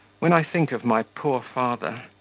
when i think of my poor father,